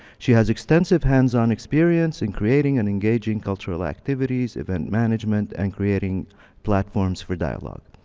she has extensive hands on experience in creating and engaging cultural activities, event management, and creating platforms for dialogue.